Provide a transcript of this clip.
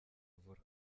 avura